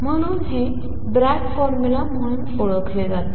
म्हणून हे Bragg formula म्हणून ओळखले जाते